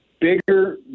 bigger